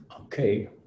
okay